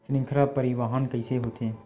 श्रृंखला परिवाहन कइसे होथे?